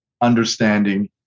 understanding